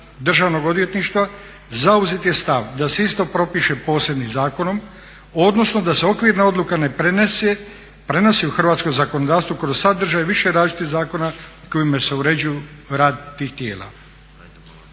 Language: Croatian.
državnog odvjetništva zauzet je stav da se isto propiše posebnih zakonom odnosno da se okvirna odluka ne prenosi u hrvatsko zakonodavstvo kroz sadržaj više različitih zakona kojima se uređuju rad tih tijela.